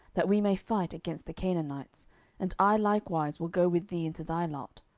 that we may fight against the canaanites and i likewise will go with thee into thy lot.